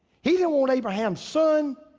he didn't want abraham's son.